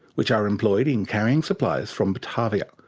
which are employed in carrying supplies from batavia,